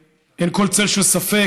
אין כל צל של ספק,